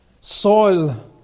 soil